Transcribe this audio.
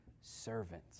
servant